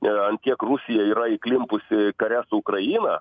ant kiek rusija yra įklimpusi kare su ukraina